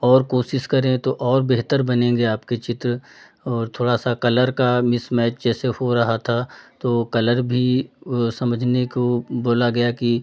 और कोशिश करें तो और बेहतर बनेंगे आपके चित्र और थोड़ा सा कलर का मिस मैच जैसे हो रहा था तो कलर भी वो समझने को बोला गया कि